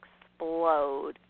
explode